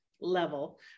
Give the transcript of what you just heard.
level